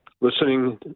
listening